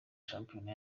shampiyona